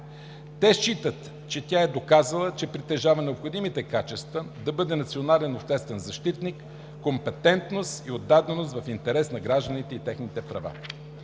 Те считат, че тя е доказала, че притежава необходимите качества да бъде национален обществен защитник – компетентност и отдаденост в интерес на гражданите и техните права.